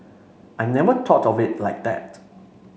I never thought of it like that